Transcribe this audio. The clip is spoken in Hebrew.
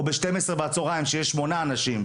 או בשתים-עשרה בצוהריים כשיש שמונה אנשים,